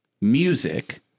music